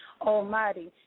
Almighty